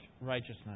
righteousness